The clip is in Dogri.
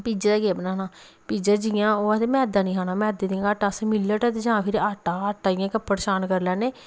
पीज्जे दा केह् बनाना पीज्जा जि'यां ओह् आखदे निं मैद्दा निं खाना मिल्लट ते जां फिर आटा आटा इटयां कपड़ शान करी लैन्ने